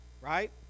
Right